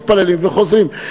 מתפללים וחוזרים,